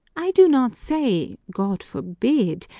i do not say, god forbid